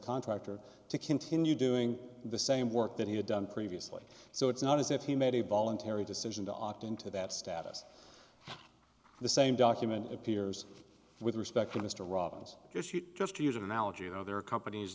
contractor to continue doing the same work that he had done previously so it's not as if he made a voluntary decision to opt into that status the same document appears with respect to mr robbins issue just to use an analogy you know there are companies